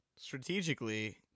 Strategically